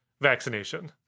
vaccination